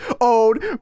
old